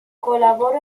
colaboró